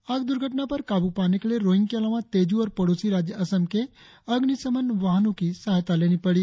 आग दूर्घटना पर काबू पाने के लिए रोइंग के अलावा तेजू और पड़ोसी राज्य असम के अग्निशमन वाहनों की सहायता लेनी पड़ी